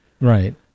Right